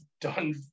done